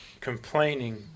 complaining